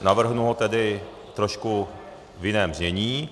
Navrhnu ho tedy trošku v jiném znění.